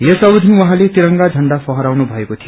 यस अवधि उहाँले तिरंगा झण्डा फहराउनु भएको थियो